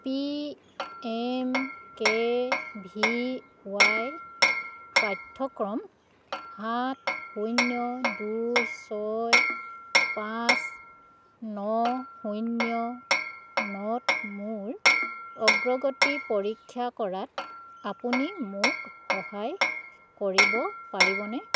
P M K V Y পাঠ্যক্ৰম সাত শূন্য দুই ছয় পাঁচ ন শূন্য নত মোৰ অগ্ৰগতি পৰীক্ষা কৰাত আপুনি মোক সহায় কৰিব পাৰিবনে